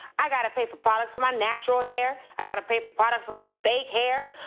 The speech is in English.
i gotta pay for products for my natural hair, i gotta pay for products for my fake hair.